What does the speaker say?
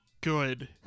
good